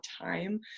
time